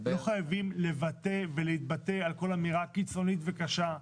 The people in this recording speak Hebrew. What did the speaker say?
לא חייבים לבטא ולהתבטא על כל אמירה קיצונית וקשה.